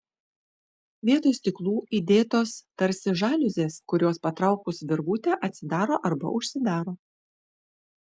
vietoj stiklų įdėtos tarsi žaliuzės kurios patraukus virvutę atsidaro arba užsidaro